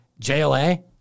JLA